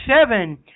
seven